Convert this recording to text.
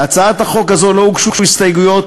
להצעת החוק הזו לא הוגשו הסתייגויות,